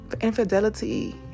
Infidelity